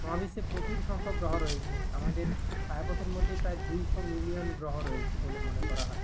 মহাবিশ্বে প্রচুর সংখ্যক গ্রহ রয়েছে আমাদের ছায়াপথের মধ্যেই প্রায় দুইশো মিলিয়ন গ্রহ রয়েছে বলে মনে করা হয়